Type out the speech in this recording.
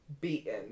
Beaten